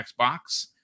Xbox